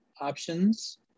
options